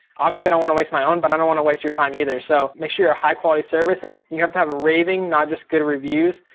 obviously i don't want to waste my own, but i don't want to waste your time either. so make sure you're a high quality service and you have to have a raving, not just good reviews,